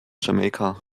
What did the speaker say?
jamaika